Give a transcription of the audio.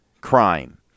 crime